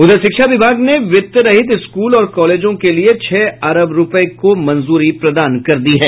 उधर शिक्षा विभाग ने वित्त रहित स्कूल और कॉलेजों के लिए छह अरब रूपये को मंजूरी प्रदान कर दी है